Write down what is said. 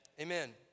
Amen